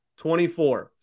24